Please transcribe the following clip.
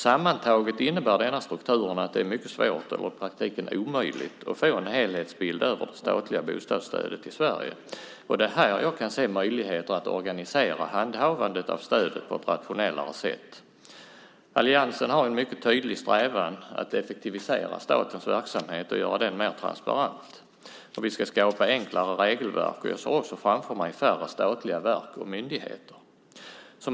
Sammantaget innebär denna struktur att det är mycket svårt eller i praktiken omöjligt att få en helhetsbild över det statliga bostadsstödet i Sverige. Jag kan se möjligheter att organisera handhavandet av stödet på ett mer rationellt sätt. Alliansen har en mycket tydlig strävan att effektivisera statens verksamhet och göra den mer transparent. Vi ska skapa enklare regelverk, och jag ser också färre statliga verk och myndigheter framför mig.